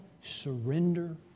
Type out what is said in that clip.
surrender